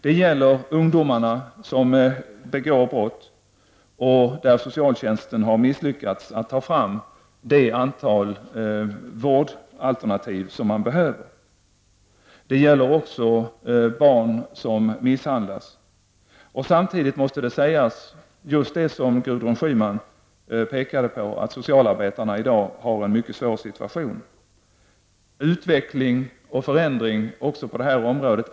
Det gäller de ungdomar som begår brott och där socialtjänsten har misslyckats med att ta fram det antal vårdalternativ som behövs. Det gäller också barn som misshandlas. Det måste samtidigt, som Gudrun Schyman påpekade, sägas att socialarbetarna i dag har en mycket svår situation. Det är nödvändigt med utveckling och förändring också på det här området.